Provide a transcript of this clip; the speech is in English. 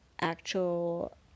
actual